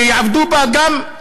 שיעבדו בה גם,